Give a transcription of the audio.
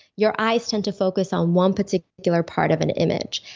your eyes tend to focus on one particular part of an image,